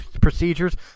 procedures